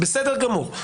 בסדר גמור.